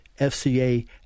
FCA